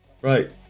Right